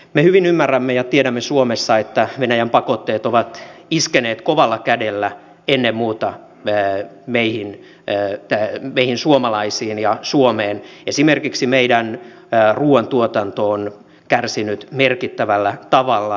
me hyvin ymmärrämme ja tiedämme suomessa että venäjän pakotteet ovat iskeneet kovalla kädellä ennen muuta meihin suomalaisiin ja suomeen esimerkiksi meidän ruuan tuotantomme on kärsinyt merkittävällä tavalla